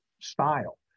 style